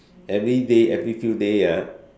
every day every few day ah